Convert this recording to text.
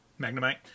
Magnemite